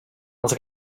els